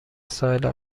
ساحل